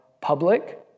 public